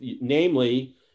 namely